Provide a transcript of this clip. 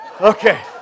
Okay